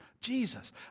Jesus